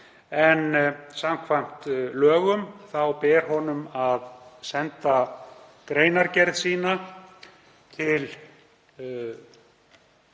en samkvæmt lögum ber honum að senda greinargerð sína til